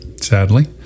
sadly